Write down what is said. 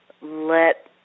let